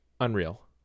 Unreal